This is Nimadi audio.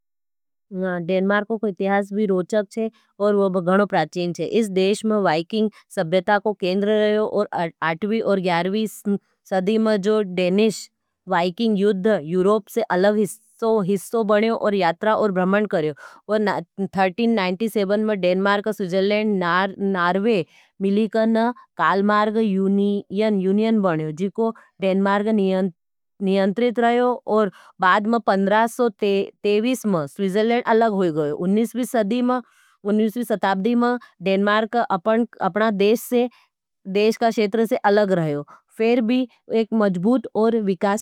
डेनमार्क को इतिहास भी रोचक छे और वो घणा प्राचीन छे। इस देश में वाईकिंग सभ्यता को केंद्र रहे और आठवी और ग्यारवी सदी में जो डेनिश वाईकिंग युद्ध यूरोप से अलग हिस्सो बने और यात्रा और ब्रह्मन करेओ। और तेहरे सौ सत्तानवे में डेनमार्क का स्वीजरलेंड नार्वे मिली कान। कालमारग यूनियन बने जीको डेनमार्क नियंत्रित रहे और बाद मा पंद्रह सौ तेहीस में स्वीजरलेंड अलग हुई गयो। उन्नीस वी सदी में डेनमार्क अपना देश से देश का क्षेत्र से अलग रहे और फेर भी एक मजबूत और विक।